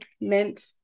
mint